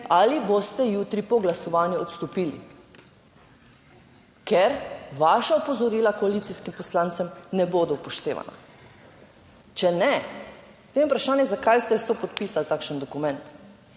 ali boste jutri po glasovanju odstopili, ker vaša opozorila koalicijskim poslancem ne bodo upoštevana? Če ne, potem je vprašanje, zakaj ste sopodpisali takšen dokument,